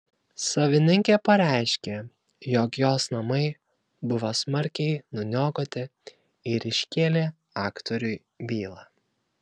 savininkė pareiškė jog jos namai buvo smarkiai nuniokoti ir iškėlė aktoriui bylą